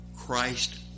Christ